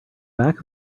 back